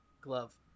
glove